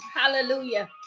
Hallelujah